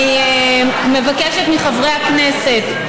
אני מבקשת מחברי הכנסת,